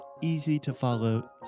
easy-to-follow